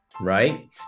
Right